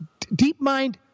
DeepMind